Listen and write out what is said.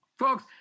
folks